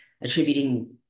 attributing